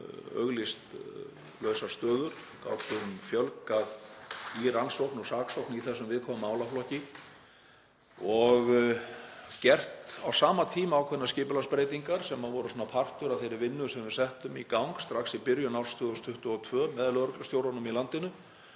auglýst lausar stöður, gátum fjölgað í rannsókn og saksókn í þessum viðkvæma málaflokki og gert á sama tíma ákveðnar skipulagsbreytingar sem voru partur af þeirri vinnu sem við settum í gang strax í byrjun árs 2022 með lögreglustjórunum í landinu